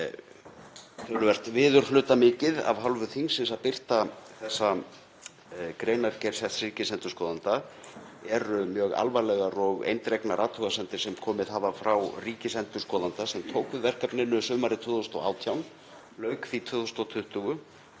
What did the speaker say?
töluvert viðurhlutamikið af hálfu þingsins að birta þessa greinargerð setts ríkisendurskoðanda eru mjög alvarlegar og eindregnar athugasemdir sem komið hafa frá ríkisendurskoðanda, sem tók við verkefninu sumarið 2018 og lauk því 2020.